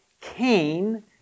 Cain